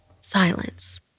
silence